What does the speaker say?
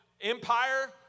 Empire